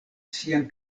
sian